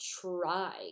try